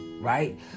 right